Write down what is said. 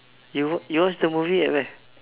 you you watch the movie at where